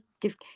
give